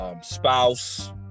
spouse